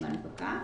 יש לחתם